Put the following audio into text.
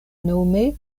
nome